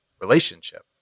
relationship